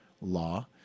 law